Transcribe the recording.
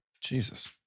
Jesus